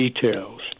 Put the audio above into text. details